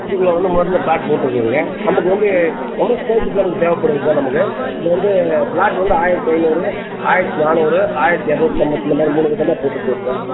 city குள்ளே வந்து நம்ம வந்து ப்ளாட் போட்டிருக்குறோங்க நமக்கு வந்து எவ்வளோ ஸ்கொயர் ஃபீட் சார் தேவைப்படுங்க சார் நமக்கு இங்கே வந்து ப்ளாட்டு வந்து ஆயிரத்து ஐந்நூறு ஆயிரத்து நானுாறு ஆயிரத்து இரநூத்தம்பது இந்த மாதிரி மூணு விதமாக போட்டிருக்கோம் சார்